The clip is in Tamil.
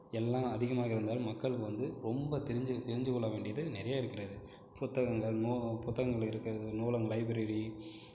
எல்லாம் அதிகமாக இருந்தாலும் மக்களுக்கு வந்து ரொம்ப தெரிஞ்ச தெரிஞ்சு கொள்ள வேண்டியது நிறைய இருக்கிறது புத்தகங்கள் நோ புத்தகங்கள் இருக்கிறது நூலகங்கள் லைப்ரரி